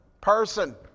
person